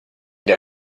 der